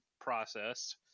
processed